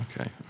Okay